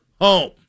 home